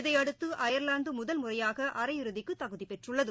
இதையடுத்துஅயா்லாந்துமுதல் முறையாகஅரை இறுதிக்குதகுதிபெற்றுள்ளது